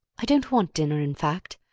i don't want dinner, in fact.